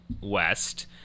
west